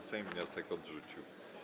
Sejm wniosek odrzucił.